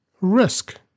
risk